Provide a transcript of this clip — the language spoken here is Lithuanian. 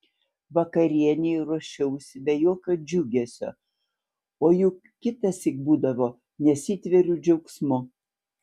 vakarienei ruošiausi be jokio džiugesio o juk kitąsyk būdavo nesitveriu džiaugsmu